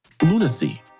Lunacy